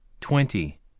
twenty